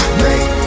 make